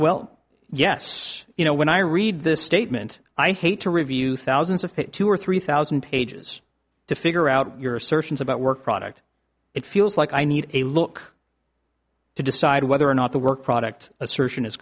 well yes you know when i read this statement i hate to review thousands of pick two or three thousand pages to figure out your assertions about work product it feels like i need a look to decide whether or not the work product assertion is